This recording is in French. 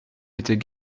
était